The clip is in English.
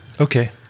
Okay